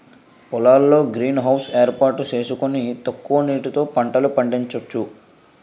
పొలాల్లో greenhouse ఏర్పాటు సేసుకొని తక్కువ నీటితో పంటలు పండించొచ్చు